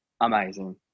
amazing